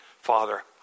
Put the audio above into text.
father